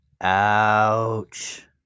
Ouch